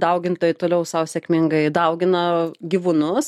daugintojai toliau sau sėkmingai daugina gyvūnus